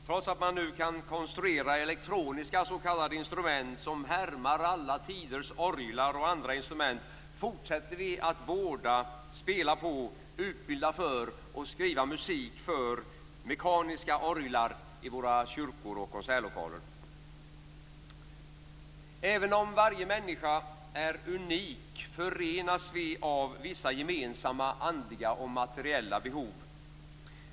Trots att man nu kan konstruera elektroniska s.k. instrument som härmar alla tiders orglar och andra instrument fortsätter vi att vårda, spela på, utbilda för och skriva musik för mekaniska orglar i våra kyrkor och konsertlokaler. Även om varje människa är unik förenas vi av vissa gemensamma andliga och materiella behov.